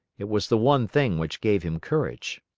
it was the one thing which gave him courage.